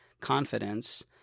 confidence